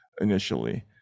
initially